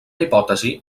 hipòtesi